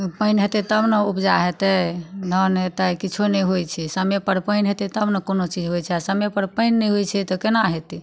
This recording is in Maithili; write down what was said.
पानि हेतै तब ने उपजा हेतै धान हेतै किछो नहि होइ छै समयपर पानि हेतै तब ने कोनो चीज होइ छै समयपर पानि नहि होइ छै तऽ केना हेतै